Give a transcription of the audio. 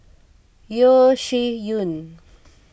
Yeo Shih Yun